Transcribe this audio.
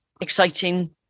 exciting